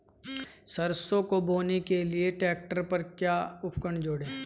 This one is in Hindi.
सरसों को बोने के लिये ट्रैक्टर पर क्या उपकरण जोड़ें?